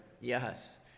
yes